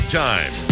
time